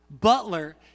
butler